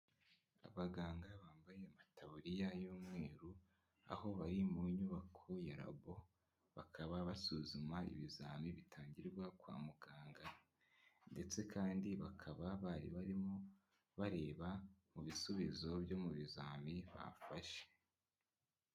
Abaganga bambaye amatabuliriya y'umweru aho bari mu nyubako ya labo, bakaba basuzuma ibizamini bitangirwa kwa muganga ndetse kandi bakaba bari barimo bareba mu bisubizo byo mu bizami bafashe.